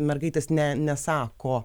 mergaitės ne nesako